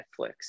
Netflix